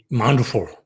mindful